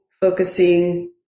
focusing